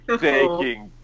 taking